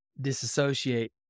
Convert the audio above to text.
disassociate